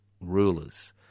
rulers